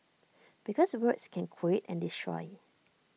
because words can create and destroy